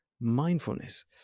mindfulness